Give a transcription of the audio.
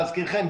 להזכירכם,